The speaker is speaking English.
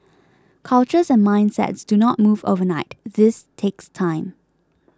cultures and mindsets do not move overnight this takes time